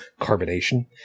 carbonation